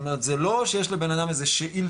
זאת אומרת זה לא שיש לבן אדם איזו שאילתא